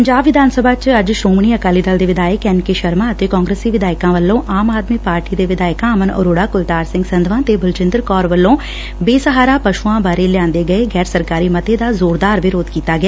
ਪੰਜਾਬ ਵਿਧਾਨ ਸਭਾ ਚ ਅੱਜ ਸ੍ਹੋਮਣੀ ਅਕਾਲੀ ਦਲ ਦੇ ਵਿਧਾਇਕ ਐਨ ਕੇ ਸ਼ਰਮਾ ਅਤੇ ਕਾਂਗਰਸੀ ਵਿਧਾਇਕਾਂ ਵੱਲੋਂ ਆਮ ਆਦਮੀ ਪਾਰਟੀ ਦੇ ਵਿਧਾਇਕਾਂ ਅਮਨ ਅਰੋੜਾ ਕੁਲਤਾਰ ਸਿੰਘ ਸੰਧਵਾ ਤੇ ਬਲਜਿੰਦਰ ਕੌਰ ਵੱਲੋਂ ਬੇਸਹਾਰਾ ਪਸੂਆਂ ਬਾਰੇ ਲਿਆਦੇ ਗਏ ਗੈਰ ਸਰਕਾਰੀ ਮੱਤੇ ਦਾ ਜ਼ੋਰਦਾਰ ਵਿਰੋਧ ਕੀਤਾ ਗਿਆ